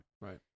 Right